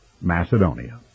Macedonia